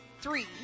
three